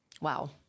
Wow